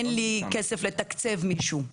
אין לי כסף לתקצב מישהו.